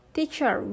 Teacher